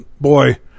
boy